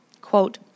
Quote